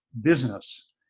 business